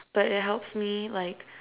but it helps me like